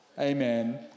Amen